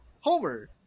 homer